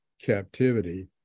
captivity